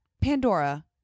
Pandora